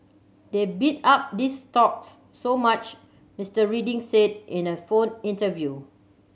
they bid up these stocks so much Mister Reading said in a phone interview